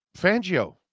fangio